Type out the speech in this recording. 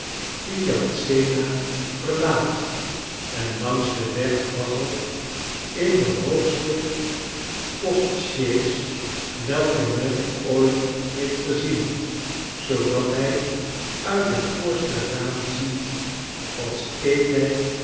z a verlaat en langs den weg waggelt in de hoogste postsjees welke men ooit heeft gezien zoodat hij uit het voorste raam ziet als keek hij